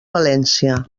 valència